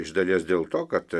iš dalies dėl to kad